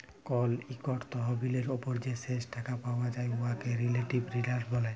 call ইকট তহবিলের উপর যে শেষ টাকা পাউয়া যায় উয়াকে রিলেটিভ রিটার্ল ব্যলে